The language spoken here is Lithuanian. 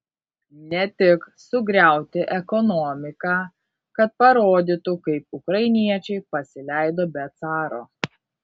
ne tik sugriauti ekonomiką kad parodytų kaip ukrainiečiai pasileido be caro